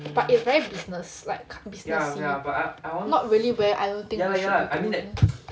but it's very business like businessy not really where I think you should be going